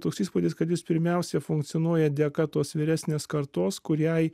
toks įspūdis kad jis pirmiausia funkcionuoja dėka tos vyresnės kartos kuriai